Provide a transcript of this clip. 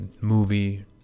movie